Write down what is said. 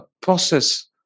process